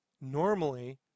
normally